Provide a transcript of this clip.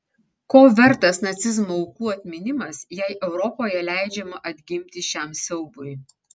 ko vertas nacizmo aukų atminimas jei europoje leidžiama atgimti šiam siaubui